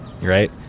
Right